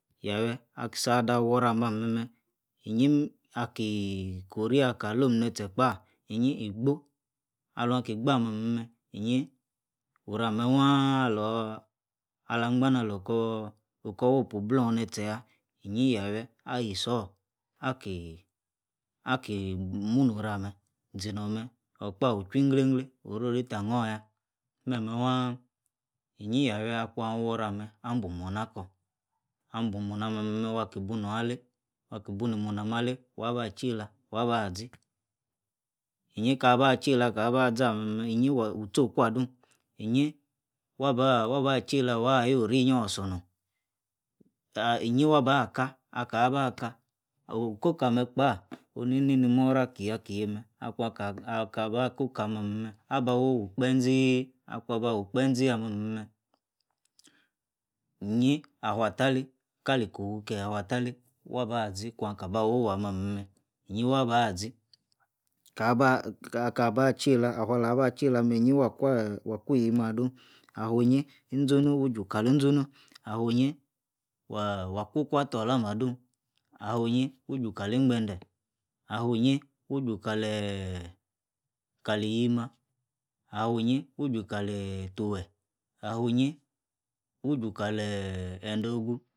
Yawie ah-sa dawor-rah ah meh-meh nyi akiii, kori akalom neh-tse kpah, nyi- igbo'!! aluan ki-gbu ah me meh, inyi, orameh-wah alor, ala-gwa nalos kor wapu-blon neh-tse tah, inyi yawie, ayisor, akii, aki muorah-mes zi-nomeh, okpa wii chwur glein glein. orori tali nyor yah, meh-meh yah, inyi yawie akuan worah-ah-meh, albumornah akur, a bumor nah-meh-meh, waki bunor alei, waki buni mornah meh alei, waba tcheila, wabazi, inyi Kaor cheila Kabazi-och ah-meh-meb, inyi wu-tchoky adun, inyi, waba-waba tebeila wah-tori-nyi os-sor norn, tah, inyi waba kaab, kaba-kaah, okokn ah-meh kpah, onu-ininim oror akihei-akihei meh, akuan-ka akaba Kokah ah-meh-meh, aba worth-wl kpenzi, akuan bawu kpenzi ah-meh-ali-men, nui a fuatalie, kali-Kofu Kech afuatalie, zo abazi Kuyan Ka, ba woh-wot ah-meh-meh myi wabazi, kabani kaba tcheila afualah ba tcheila meh, inyi wah Kweeh wah kwii iyimah adun, afua wmyi, uzannu wu-ju kali uzunnu, atuawinyi, wah-wah kwo-kwatab olam adun, afuawinyi wu-ju kali ingbedeh, quomy's, wueju kaleeeb, kali iyimabi awinyi wu-ju kali-ituwen, afu winyi, wuju kalee eeh endo-ogu'